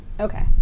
Okay